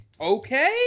Okay